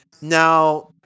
Now